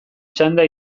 txanda